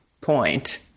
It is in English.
point